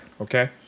okay